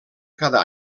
cada